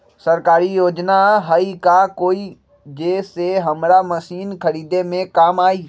सरकारी योजना हई का कोइ जे से हमरा मशीन खरीदे में काम आई?